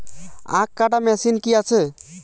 আখ কাটা মেশিন কি আছে?